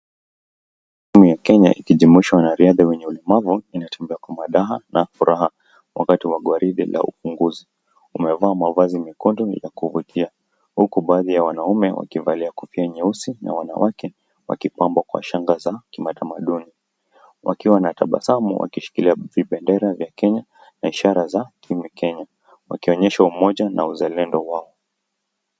Kenya ikijumuisha wanariadha wenye ulemavu inatembea kwa mada na furaha wakati wa gwaridhe na upunguzi. Umevaa mavazi mekundu ya kukumbukia huku baadhi ya wanaume wakivalia kofia nyeusi na wanawake wakipambwa kwa shanga za kimatamadoni. Wakiwa na tabasamu wakishikilia vipendera vya Kenya na ishara za team Kenya wakionyesha umoja na uzalendo wao.